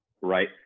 Right